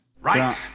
Right